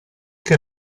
che